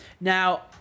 Now